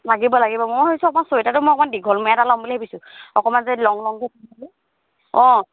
লাগিব লাগিব মই ভাবিছোঁ অকণমান চুৱেটাৰটো মই অকণ দীঘলমূৰীয়া এটা ল'ম বুলি ভাবিছো অকণমান যে লং লং অঁ